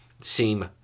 seem